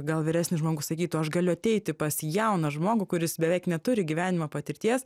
gal vyresnis žmogus sakytų aš galiu ateiti pas jauną žmogų kuris beveik neturi gyvenimo patirties